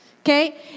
Okay